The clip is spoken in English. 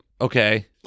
Okay